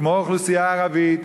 כמו האוכלוסייה הערבית,